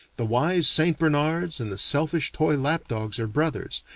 the wise st. bernards and the selfish toy lap-dogs are brothers,